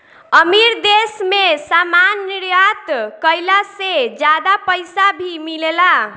अमीर देश मे सामान निर्यात कईला से ज्यादा पईसा भी मिलेला